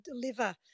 deliver